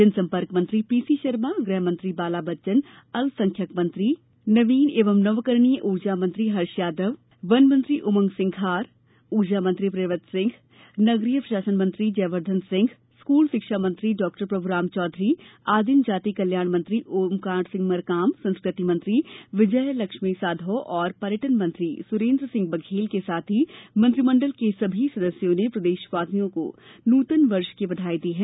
जनसंपर्क मंत्री पीसी शर्मा गृहमंत्री बाला बच्चन अल्प संख्यक कल्याण मंत्री नवीन एवं नवकरणीय ऊर्जा मंत्री हर्ष यादव वनमंत्री उमंग सिंगार ऊर्जामंत्री प्रियव्रत सिंह नगरीय प्रशासन मंत्री जयवर्धन सिंह स्कूल शिक्षा मंत्री डॉक्टर प्रभुराम चौधरी आदिम जाति कल्याण मंत्री ओमकार सिंह मरकाम संस्कृति मंत्री डॉक्टर विजय लक्ष्मी साधौ और पर्यटन मंत्री सुरेन्द्र सिंह बघेल के साथ ही मंत्रिमंडल के सभी सदस्यों ने प्रदेशवासियों को नूतन वर्ष की बधाई दी है